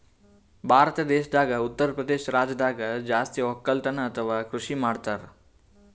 ಭಾರತ್ ದೇಶದಾಗ್ ಉತ್ತರಪ್ರದೇಶ್ ರಾಜ್ಯದಾಗ್ ಜಾಸ್ತಿ ವಕ್ಕಲತನ್ ಅಥವಾ ಕೃಷಿ ಮಾಡ್ತರ್